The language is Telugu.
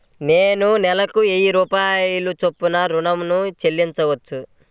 నేను నెలకు వెయ్యి రూపాయల చొప్పున ఋణం ను చెల్లించవచ్చా?